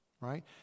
right